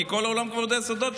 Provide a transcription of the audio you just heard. כי כל העולם כבר יודע סודות,